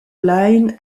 line